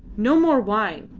no more wine,